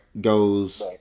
Goes